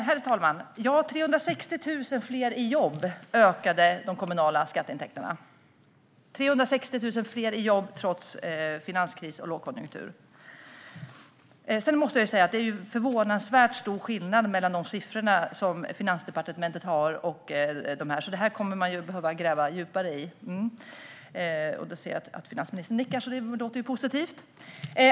Herr talman! Att det var 360 000 fler i jobb gjorde att de kommunala skatteintäkterna ökade. Det var 360 000 fler i jobb trots finanskris och lågkonjunktur. Sedan måste jag säga att det är en förvånansvärt stor skillnad mellan de siffror som Finansdepartementet har och de andra, så detta kommer man att behöva gräva djupare i - jag ser att finansministern nickar; det är positivt.